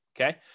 okay